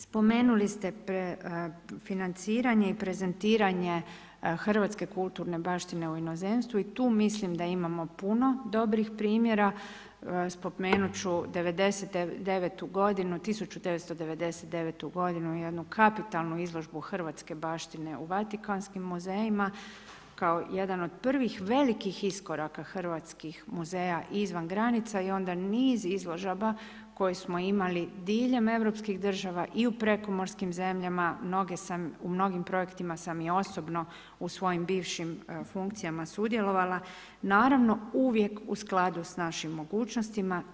Spomenuli ste financiranje i prezentiranje Hrvatske kulturne baštine u inozemstvu i tu mislim da imamo puno dobrih primjera, spomenut ću 1999. godinu, jednu kapitalnu izložbu hrvatske baštine u Vatikanskim muzejima kao jedan od prvih velikih iskoraka hrvatskih muzeja izvan granica i onda niz izložaba koje smo imali diljem Europskih država i u prekomorskim zemljama, u mnogim projektima sam i osobno u svojim bivšim funkcijama sudjelovala, naravno uvijek u skladu s našim mogućnostima.